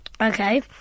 okay